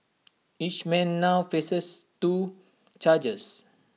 each man now faces two charges